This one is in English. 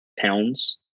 towns